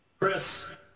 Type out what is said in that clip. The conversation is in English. Chris